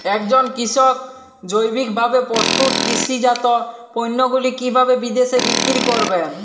একজন কৃষক জৈবিকভাবে প্রস্তুত কৃষিজাত পণ্যগুলি কিভাবে বিদেশে বিক্রি করবেন?